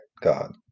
God